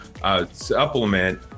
supplement